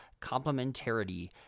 Complementarity